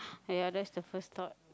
!aiya! that's the first thought